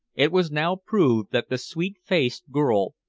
it was now proved that the sweet-faced girl,